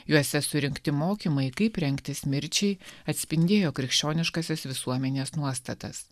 juose surinkti mokymai kaip rengtis mirčiai atspindėjo krikščioniškąsias visuomenės nuostatas